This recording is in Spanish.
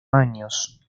años